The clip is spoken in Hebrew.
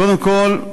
קודם כול,